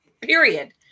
period